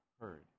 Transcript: heard